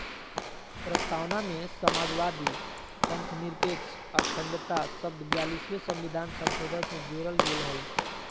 प्रस्तावना में समाजवादी, पथंनिरपेक्ष, अखण्डता शब्द ब्यालिसवें सविधान संशोधन से जोरल गेल हइ